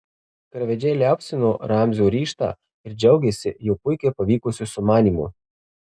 karvedžiai liaupsino ramzio ryžtą ir džiaugėsi jo puikiai pavykusiu sumanymu